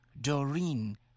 Doreen